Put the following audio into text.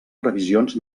revisions